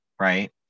Right